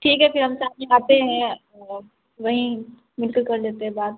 ٹھیک ہے پھر ہم شام میں آتے ہیں اور وہیں مل کر کر لیتے ہیں بات